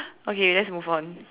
okay let's move on